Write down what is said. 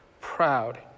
proud